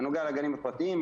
בנוגע לגנים הפרטיים,